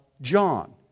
John